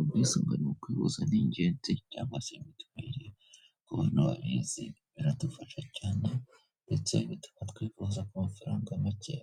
Ubwisungane mu kwihuza ni ingenzi. Ku bantu babizi biradufasha cyane, ndetse bituma twifuza ku mafaranga make,